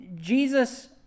Jesus